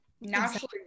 naturally